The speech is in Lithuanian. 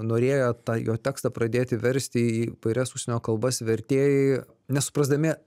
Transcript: norėję tą jo tekstą pradėti versti į įvairias užsienio kalbas vertėjai nesuprasdami